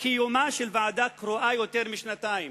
קיומה של ועדה קרואה יותר משנתיים.